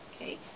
Okay